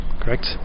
Correct